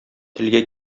телгә